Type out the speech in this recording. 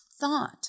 thought